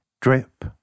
drip